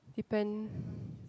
depend